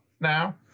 now